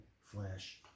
Flash